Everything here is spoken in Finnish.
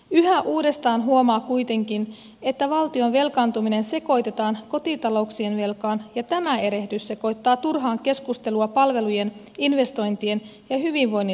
yhä uudestaan huomaa kuitenkin että valtion velkaantuminen sekoitetaan kotitalouksien velkaan ja tämä erehdys sekoittaa turhaan keskustelua palvelujen investointien ja hyvinvoinnin rahoittamisesta